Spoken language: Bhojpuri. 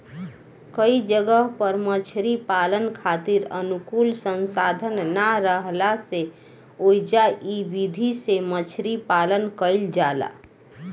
कई जगह पर मछरी पालन खातिर अनुकूल संसाधन ना राहला से ओइजा इ विधि से मछरी पालन कईल जाला